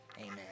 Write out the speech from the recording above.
amen